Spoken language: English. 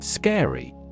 Scary